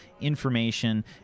information